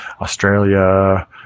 australia